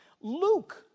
Luke